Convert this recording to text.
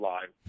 Live